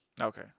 Okay